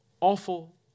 awful